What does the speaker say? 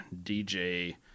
DJ